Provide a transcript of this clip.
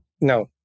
no